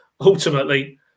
ultimately